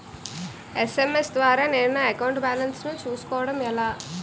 SMS ద్వారా నేను నా అకౌంట్ బాలన్స్ చూసుకోవడం ఎలా?